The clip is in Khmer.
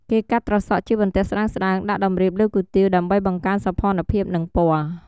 គេកាត់ត្រសក់ជាបន្ទះស្តើងៗ ដាក់តម្រៀបលើគុយទាវ ដើម្បីបង្កើនសោភ័ណភាពនិងពណ៌។